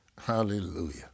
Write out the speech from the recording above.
Hallelujah